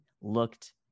looked